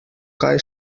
kaj